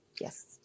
Yes